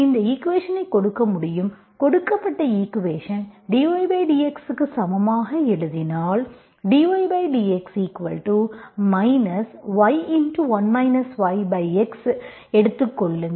இந்த ஈக்குவேஷன்ஐ கொடுக்க முடியும் கொடுக்கப்பட்ட ஈக்குவேஷன் dydx க்கு சமமாக எழுதினால் dydx y1 yxஎடுத்துக் கொள்ளுங்கள்